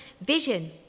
vision